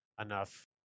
enough